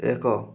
ଏକ